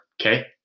Okay